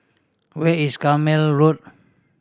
where is Carpmael Road